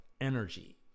energy